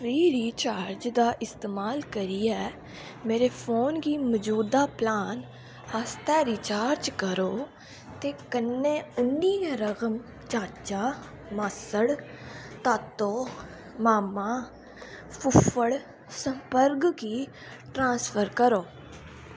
free recharge दा इस्तमाल करियै मेरे फोन गी मजूदा प्लान आस्तै रिचार्ज करो ते कन्नै उ'न्नी गै रकम चाचा मासड़ तातो मामा फुफ्फड़ सम्पर्क गी ट्रांसफर करो